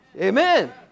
Amen